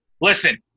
listen